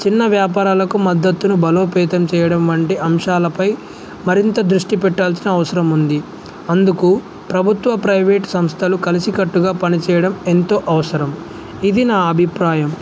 చిన్న వ్యాపారాలకు మద్దత్తును బలోపేతం చేయడం వంటి అంశాలపై మరింత దృష్టి పెట్టాల్సిన అవసరం ఉంది అందుకు ప్రభుత్వ ప్రైవేట్ సంస్థలు కలిసికట్టుగా పనిచేయడం ఎంతో అవసరం ఇది నా అభిప్రాయం